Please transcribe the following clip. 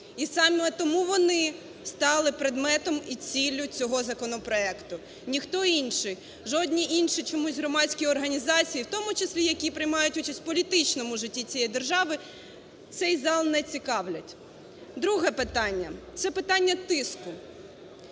І саме тому вони стали предметом і ціллю цього законопроекту. Ніхто інший. Жодні інші чомусь громадські організації, в тому числі які приймають участь в політичному житті цієї держави, цей зал не цікавлять. Друге питання. Це питання тиску.